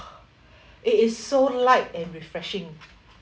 it is so light and refreshing